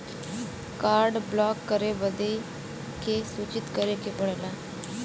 Card block करे बदी के के सूचित करें के पड़ेला?